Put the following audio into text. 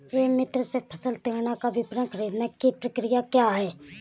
ई मित्र से फसल ऋण का विवरण ख़रीदने की प्रक्रिया क्या है?